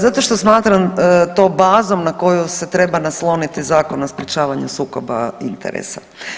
Zato što smatram to bazom na koju se treba nasloniti Zakon o sprječavanju sukoba interesa.